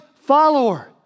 follower